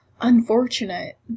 unfortunate